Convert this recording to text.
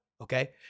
Okay